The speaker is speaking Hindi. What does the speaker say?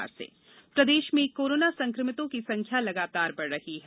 प्रदेश कोरोना प्रदेश में कोरोना संक्रमितों की संख्या लगातार बढ़ रही है